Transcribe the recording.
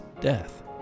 death